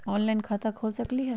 Online खाता खोल सकलीह?